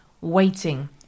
waiting